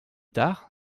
tard